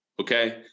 Okay